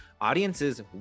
audiences